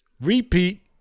Repeat